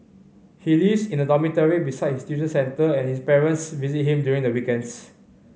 he lives in a dormitory besides his tuition centre and his parents visit him during the weekends